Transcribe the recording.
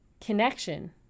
connection